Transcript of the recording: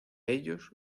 ellos